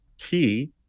key